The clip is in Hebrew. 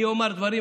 אני אומר דברים,